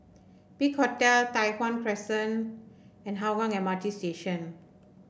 Big Hotel Tai Hwan Crescent and Hougang M R T Station